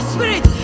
Spirit